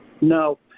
No